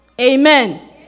Amen